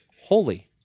holy